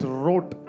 wrote